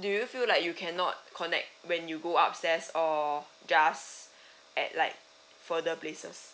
do you feel like you cannot connect when you go upstairs or just at like further places